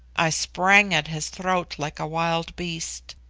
i sprang at his throat like a wild beast.